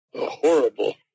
horrible